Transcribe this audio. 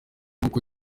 nguko